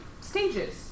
stages